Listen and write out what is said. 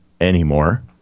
anymore